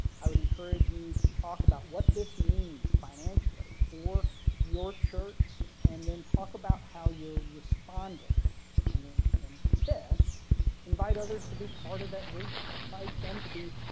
i would encourage you to talk about what this means financially for your church and then talk about how you're responding and then and fifth invite others to be part of that vision and pipe them to be.